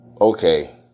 okay